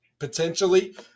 Potentially